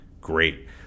great